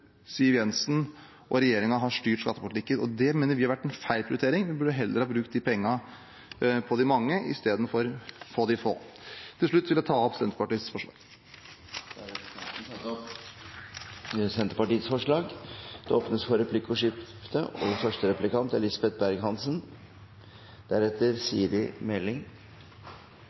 Siv Jensen og regjeringen har styrt skattepolitikken. Det mener vi har vært en feil prioritering – vi burde heller ha brukt de pengene på de mange istedenfor på de få. Til slutt vil jeg ta opp Senterpartiets forslag. Representanten Trygve Slagsvold Vedum har tatt opp det forslaget han refererte til. Det åpnes for replikkordskifte. Både Senterpartiet og